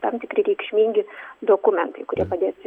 tam tikri reikšmingi dokumentai kurie padės